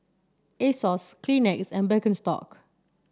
Asos Kleenex and Birkenstock